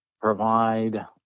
provide